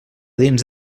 dins